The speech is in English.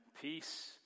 Peace